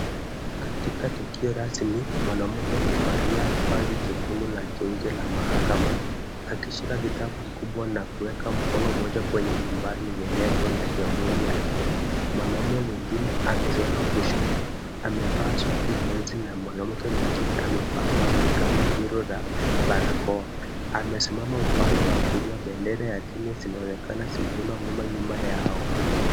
Katika tukio rasmi, mwanamke amevalia vazi jekundu na jeusi la mahakama akishika kitabu kikubwa na kuweka mkono mmoja kwenye mimbari yenye nembo ya jamhuri ya Kenya. Mwanaume mwingine amesimama kushoto amevaa suti nyeusi na mwanamke mwingine amevaa vazi kama hilo la barakoa amesimama upande wa kulia. Bendera ya Kenya zinaonekana zimesimama wima nyuma yao.